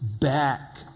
back